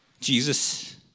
Jesus